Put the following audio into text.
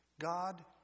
God